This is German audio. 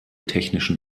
technischen